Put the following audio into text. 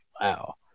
wow